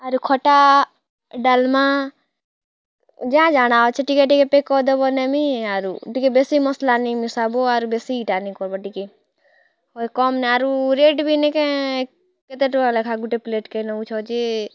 ଆରୁ ଖଟା ଡାଲମା ଯା ଯାଣା ଅଛି ଟିକେ ଟିକେ ପେକ୍ କରି ଦବ ନେମି ଆରୁ ଟିକେ ବେଶୀ ମସଲା ନେଇ ମିଶାବୁ ଆରୁ ବେଶୀ ଇଟା ନା କରବ୍ ଟିକେ ହଏ କମ୍ ଆରୁ ରେଟ୍ ବି ନେଇକେଁ କେତେ ଟଙ୍କା ଲେଖାଁ ଗୁଟେ ପ୍ଲେଟ୍ କେ ନଉଛ୍ ଯେ